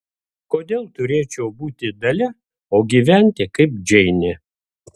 kodėl turėčiau būti dalia o gyventi kaip džeinė